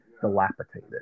dilapidated